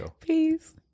Peace